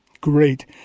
Great